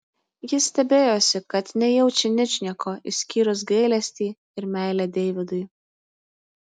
jis stebėjosi kad nejaučia ničnieko išskyrus gailestį ir meilę deividui